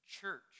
church